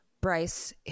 Bryce